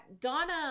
Donna